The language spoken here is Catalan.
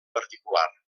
particular